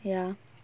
ya